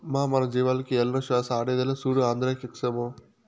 బా మన జీవాలకు ఏలనో శ్వాస ఆడేదిలా, సూడు ఆంద్రాక్సేమో